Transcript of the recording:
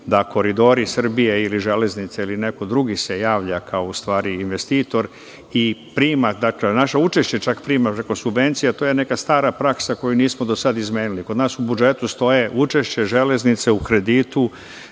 da Koridori Srbije ili Železnice ili neko drugi se javlja kao u stvari kao investitor, i prima, naše učešće čak prima preko subvencija, to je neka stara praksa koju nismo do sada izmenili. Kod nas u budžetu stoji učešće Železnice u kreditu